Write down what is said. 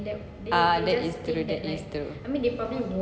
ah that is true that is true